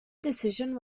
decision